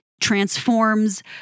transforms